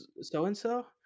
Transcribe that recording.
so-and-so